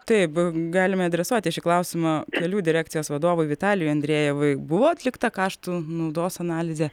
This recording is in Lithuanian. taip galime adresuoti šį klausimą kelių direkcijos vadovui vitalijui andrejevui buvo atlikta kaštų naudos analizė